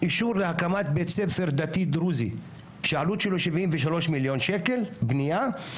אישור להקמת בית ספר דתי דרוזי שהעלות שלו 73 מיליון שקל בנייה,